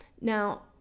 Now